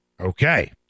Okay